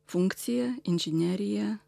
funkcija inžinerija